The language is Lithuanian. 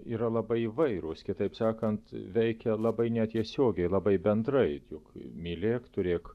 yra labai įvairūs kitaip sakant veikia labai netiesiogiai labai bendrai juk mylėk turėk